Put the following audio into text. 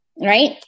right